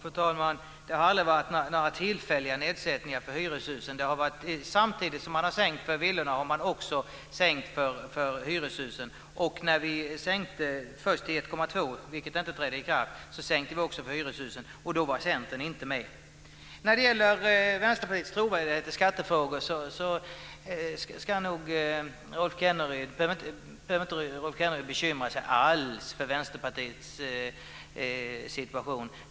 Fru talman! Det har aldrig varit några tillfälliga sänkningar av skatten för hyreshus. Samtidigt som skatten har sänkts för villor har den sänkts för hyreshusen. Först sänktes skatten till 1,2 %- men den sänkningen trädde inte i kraft - och då sänktes skatten för hyreshusen. Då var Centern inte med. Rolf Kenneryd behöver inte alls bekymra sig för Vänsterpartiets trovärdighet i skattefrågor.